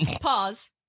Pause